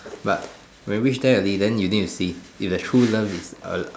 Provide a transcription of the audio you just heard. but when you reach there early then you need to see if your true love is uh